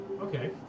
Okay